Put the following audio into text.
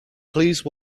please